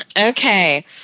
Okay